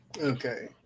Okay